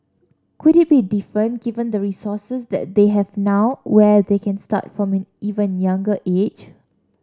could it be different given the resources that they have now where they can start from an even younger age